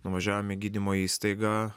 nuvažiavom į gydymo įstaigą